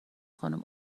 خانم